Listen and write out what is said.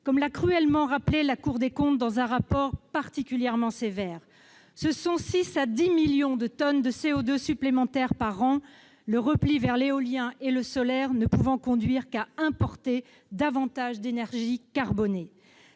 comme l'a cruellement rappelé la Cour des comptes dans un rapport particulièrement sévère ; ce sont entre 6 et 10 millions de tonnes de CO2 supplémentaires par an, le repli vers l'éolien et le solaire ne pouvant conduire qu'à importer davantage d'énergie carbonée